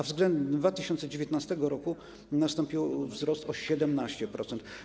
Względem 2019 r. nastąpił wzrost o 17%.